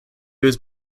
was